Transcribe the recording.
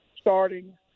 starting